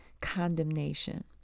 condemnation